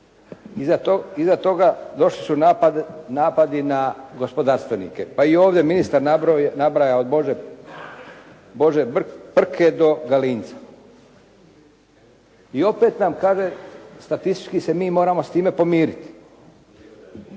Iza toga došli su napadi na gospodarstvenike, pa i ovdje ministar nabraja od Bože Prke do Galinca i opet nam kaže statistički se mi moramo sa time pomiriti.